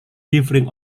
differing